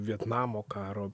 vietnamo karo